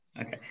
okay